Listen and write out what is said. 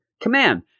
command